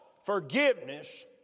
forgiveness